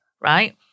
right